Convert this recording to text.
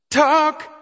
Talk